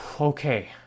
okay